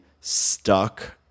stuck